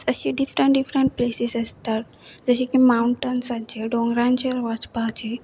अशे different different places आसतात जशे की मवंटन्से डोंगरांचेर वाचपाचे